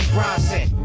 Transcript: Bronson